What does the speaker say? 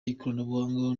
ikoranabuhanga